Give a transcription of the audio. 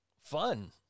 Fun